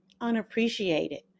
unappreciated